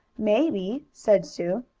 maybe, said sue.